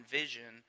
vision